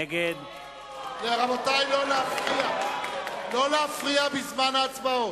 נגד רבותי, לא להפריע בזמן ההצבעות.